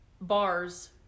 bars